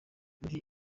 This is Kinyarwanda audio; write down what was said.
muri